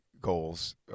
goals